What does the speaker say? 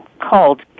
called